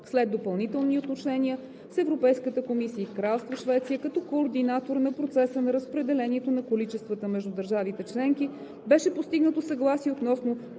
След допълнителни уточнения с Европейската комисия и Кралство Швеция като координатор на процеса на разпределение на количествата между държавите членки беше постигнато съгласие относно